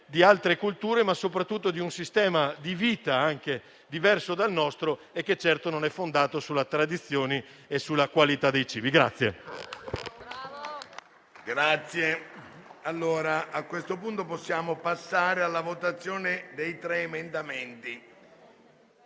di altre culture, ma soprattutto di un sistema di vita diverso dal nostro, che non è certo fondato sulla tradizione e sulla qualità dei cibi.